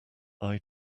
eye